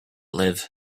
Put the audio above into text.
live